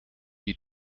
die